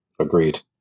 agreed